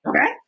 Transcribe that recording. okay